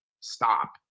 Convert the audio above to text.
Stop